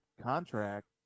contract